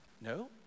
No